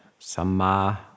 samma